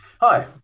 Hi